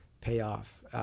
payoff